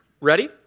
Ready